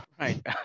Right